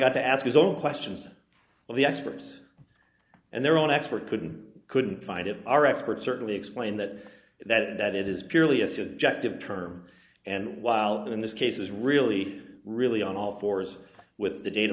got to ask his own questions well the experts and their own expert couldn't couldn't find it our expert certainly explained that that it is purely a subjective term and while that in this case is really really on all fours with the data